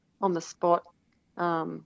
on-the-spot